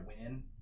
win